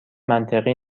منطقی